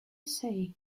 say